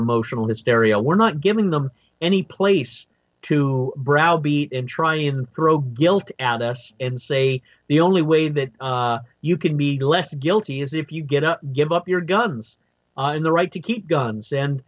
emotional hysteria we're not giving them any place to browbeat and trying to throw guilt at us and say the only way that you can be less guilty is if you give up give up your guns and the right to keep guns and